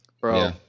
bro